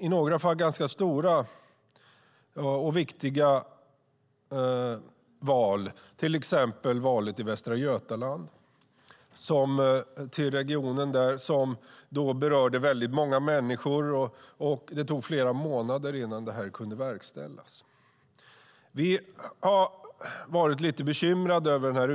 I några fall var det ganska stora och viktiga val, till exempel valet till regionen i Västra Götaland. Det berörde många människor, och det tog flera månader innan omvalet kunde verkställas. Vi i konstitutionsutskottet har varit lite bekymrade över denna